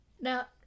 now